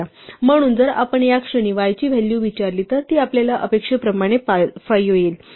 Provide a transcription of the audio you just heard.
म्हणून जर आपण या क्षणी y ची व्हॅल्यू विचारली तर ती आपल्याला अपेक्षेप्रमाणे 5 येईल